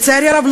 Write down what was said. לצערי הרב,